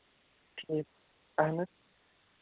ٹھیٖک اَہَن حظ